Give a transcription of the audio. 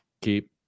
keep